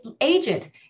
agent